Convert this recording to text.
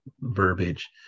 verbiage